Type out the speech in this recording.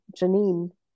Janine